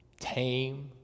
tame